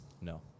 No